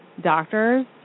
doctors